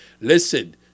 Listen